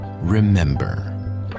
remember